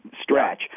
stretch